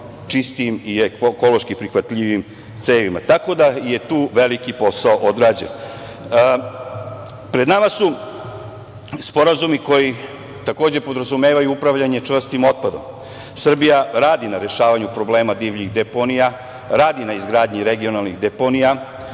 čistijim i ekološki prihvatljivijim cevima, tako da je tu veliki posao odrađen. Pred nama su sporazumi koji takođe podrazumevaju upravljanje čvrstim otpadom. Srbija radi na rešavanju problema divljih deponija, radi na izgradnji regionalnih deponija